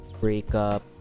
breakup